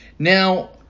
Now